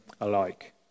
alike